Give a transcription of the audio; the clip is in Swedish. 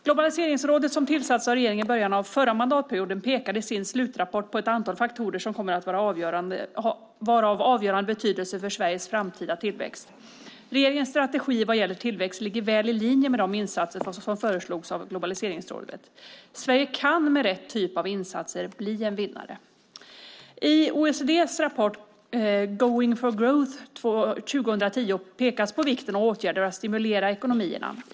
Globaliseringsrådet, som tillsattes av regeringen i början av förra mandatperioden, pekade i sin slutrapport på ett antal faktorer som kommer att vara av avgörande betydelse för Sveriges framtida tillväxt. Regeringens strategi vad gäller tillväxt ligger väl i linje med de insatser som föreslogs av Globaliseringsrådet. Sverige kan med rätt insatser bli en vinnare. I OECD:s rapport Going for Growth 2010 pekas på vikten av åtgärder för att stimulera ekonomierna.